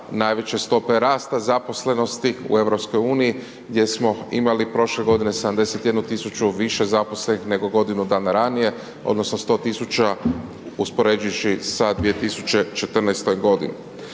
najveće stope rasta zaposlenosti u EU gdje smo imali prošle godine 71.000 više zaposlenih nego godinu dana ranije odnosno 100.000 uspoređujći sa 2014. godinom.